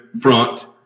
front